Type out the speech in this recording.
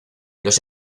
los